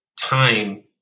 time